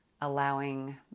allowing